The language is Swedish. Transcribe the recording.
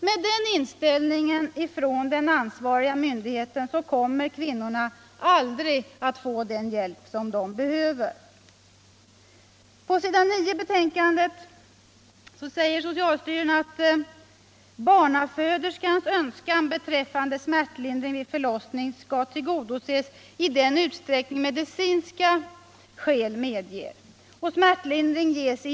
Med den inställningen från den ansvariga myndigheten kommer kvinnorna aldrig att få den hjälp de behöver.